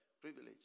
privilege